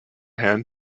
hand